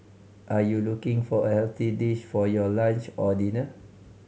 are you looking for a healthy dish for your lunch or dinner